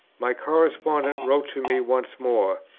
my correspondent wrote to me once more,